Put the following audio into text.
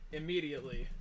immediately